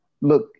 look